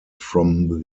from